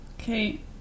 Okay